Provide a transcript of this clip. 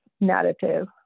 narrative